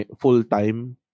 full-time